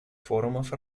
форумов